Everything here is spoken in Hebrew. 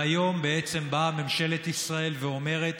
והיום בעצם באה ממשלת ישראל ואומרת: